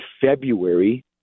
February